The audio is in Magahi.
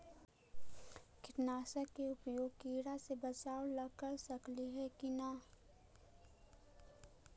कीटनाशक के उपयोग किड़ा से बचाव ल कर सकली हे की न?